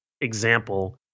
example